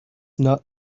not